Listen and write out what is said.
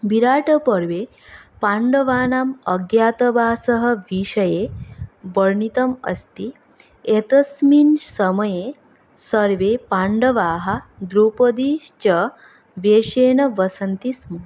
विराटपर्वे पाण्डवानाम् अज्ञातवासः विषये वर्णितम् अस्ति एतस्मिन् समये सर्वे पाण्डवाः द्रौपदीश्च वेषेन वसन्ति स्म